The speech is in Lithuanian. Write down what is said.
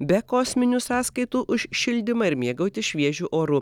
be kosminių sąskaitų už šildymą ir mėgautis šviežiu oru